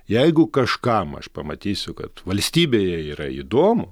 jeigu kažkam aš pamatysiu kad valstybėje yra įdomu